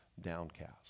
downcast